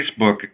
Facebook